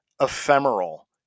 ephemeral